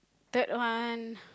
third one